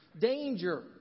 Danger